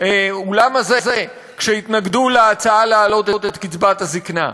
באולם הזה, כשהתנגדו להצעה להעלות את קצבת הזיקנה.